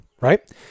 right